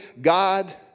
god